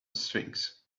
sphinx